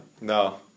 No